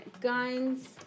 guns